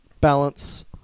balance